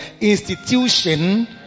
institution